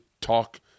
talk